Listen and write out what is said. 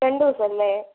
രണ്ടു ദിവസം അല്ലേ